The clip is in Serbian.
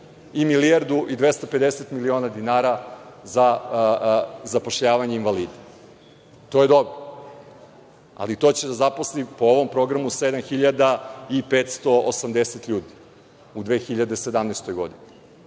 i milijardu i 250 miliona dinara za zapošljavanje invalida. To je dobro, ali to će da zaposli po ovom programu 7.580 ljudi u 2017. godini.